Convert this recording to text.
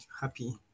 happy